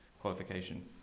qualification